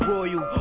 Royal